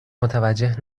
متوجه